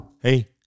hey